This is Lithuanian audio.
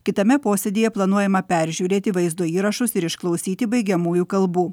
kitame posėdyje planuojama peržiūrėti vaizdo įrašus ir išklausyti baigiamųjų kalbų